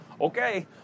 okay